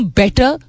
better